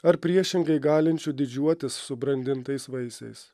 ar priešingai galinčių didžiuotis subrandintais vaisiais